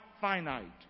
finite